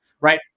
right